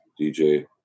DJ